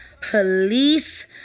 police